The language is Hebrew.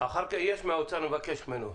יש מהאוצר, נבקש ממנו.